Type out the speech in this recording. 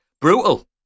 brutal